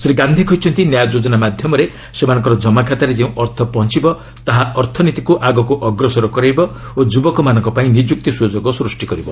ଶ୍ରୀ ଗାନ୍ଧି କହିଛନ୍ତି ନ୍ୟାୟ ଯୋଜନା ମାଧ୍ୟମରେ ସେମାନଙ୍କର ଜମାଖାତାରେ ଯେଉଁ ଅର୍ଥ ପହଞ୍ଚିବ ତାହା ଅର୍ଥନୀତିକୁ ଆଗକୁ ଅଗ୍ରସର କରାଇବ ଓ ଯୁବକମାନଙ୍କ ପାଇଁ ନିଯୁକ୍ତି ସୁଯୋଗ ସୃଷ୍ଟି କରିବ